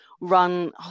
run